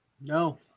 No